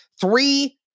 Three